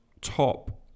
top